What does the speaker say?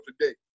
today